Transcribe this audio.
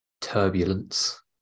turbulence